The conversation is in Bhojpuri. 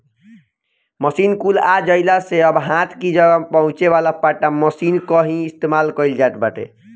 मशीन कुल आ जइला से अब हाथ कि जगह पहुंचावे वाला पट्टा मशीन कअ ही इस्तेमाल कइल जात बाटे